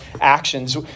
actions